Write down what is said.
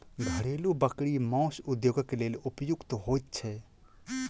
घरेलू बकरी मौस उद्योगक लेल उपयुक्त होइत छै